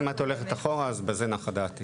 אם את הולכת אחורה אז בזה נחה דעתי.